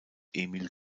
emil